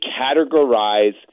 categorize